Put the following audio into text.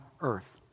earth